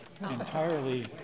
entirely